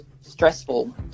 stressful